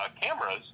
cameras